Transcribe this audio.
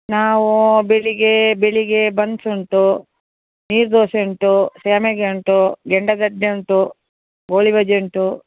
ನಾವು ಬೆಳಿಗ್ಗೆ ಬೆಳಿಗ್ಗೆ ಬನ್ಸ್ ಉಂಟು ನೀರು ದೋಸೆ ಉಂಟು ಶ್ಯಾಮಿಗೆ ಉಂಟು ಗೆಂಡಗದ್ದೆ ಉಂಟು ಗೋಳಿ ಬಜೆ ಉಂಟು